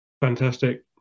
Fantastic